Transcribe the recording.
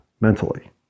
mentally